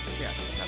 Yes